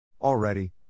Already